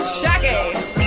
shaggy